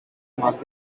marked